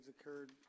occurred